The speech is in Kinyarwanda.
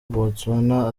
botswana